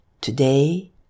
Today